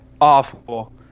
awful